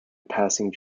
passing